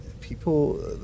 people